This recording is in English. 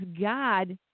God